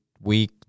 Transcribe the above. week